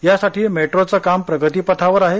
यासाठी मेट्रोचे काम प्रगतिपथावर आहे